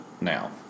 now